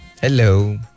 Hello